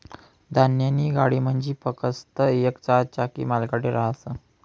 धान्यनी गाडी म्हंजी फकस्त येक चार चाकी मालगाडी रहास